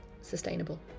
sustainable